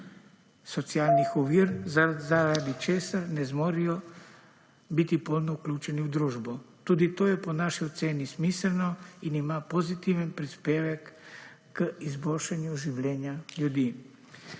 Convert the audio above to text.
socialnih ovir, zaradi česar ne zmorejo biti polno vključeni v družbo. Tudi to je po naši oceni smiselno in ima pozitivni prispevek k izboljšanju življenja ljudi.